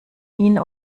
ihn